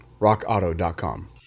rockauto.com